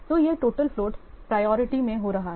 तो यह total float priority में हो रहा है